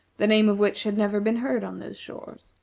the name of which had never been heard on those shores.